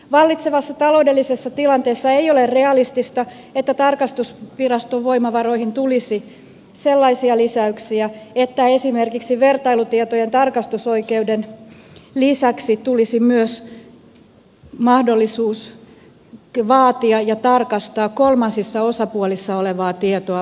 vallitsevassa taloudellisessa tilanteessa ei ole realistista että tarkastusviraston voimavaroihin tulisi sellaisia lisäyksiä että esimerkiksi vertailutietojen tarkastusoikeuden lisäksi tulisi myös mahdollisuus vaatia ja tarkastaa kolmansissa osapuolissa olevaa tietoa vaalikampanjoiden kuluista